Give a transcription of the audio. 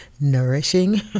nourishing